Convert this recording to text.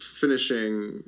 finishing